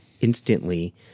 instantly